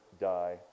die